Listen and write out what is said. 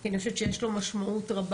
כי אני חושבת שיש לו משמעות רבה.